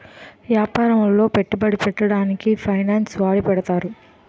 యాపారములో పెట్టుబడి పెట్టడానికి ఫైనాన్స్ వాడి పెడతారు